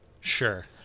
Sure